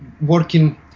working